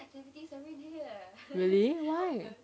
really why